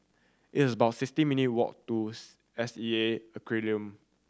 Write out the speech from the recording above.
it's about sixty minute' walk to S E A Aquarium